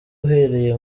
uhereye